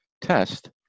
test